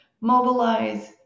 mobilize